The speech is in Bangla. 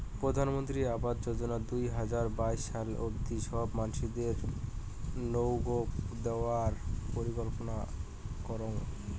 প্রধানমন্ত্রী আবাস যোজনা দুই হাজার বাইশ সাল অব্দি সব মানসিদেরনৌগউ দেওয়ার পরিকল্পনা করং